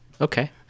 Okay